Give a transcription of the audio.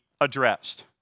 addressed